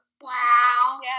Wow